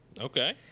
Okay